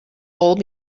all